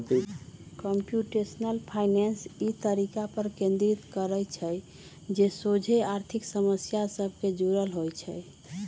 computational finance इ तरीका पर केन्द्रित करइ छइ जे सोझे आर्थिक समस्या सभ से जुड़ल होइ छइ